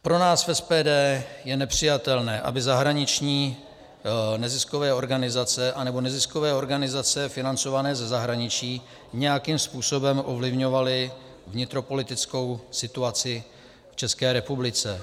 Pro nás v SPD je nepřijatelné, aby zahraniční neziskové organizace anebo neziskové organizace financované ze zahraničí nějakým způsobem ovlivňovaly vnitropolitickou situaci v České republice.